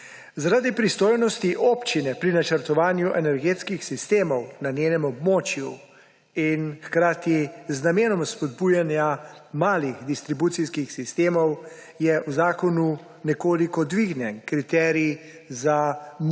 Zaradi pristojnosti občine pri načrtovanju energetskih sistemov na njenem območju in hkrati z namenom spodbujanja malih distribucijskih sistemov je v zakonu nekoliko dvignjen kriterij za